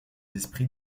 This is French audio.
esprits